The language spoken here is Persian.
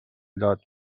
داد